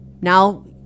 now